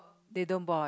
they don't boil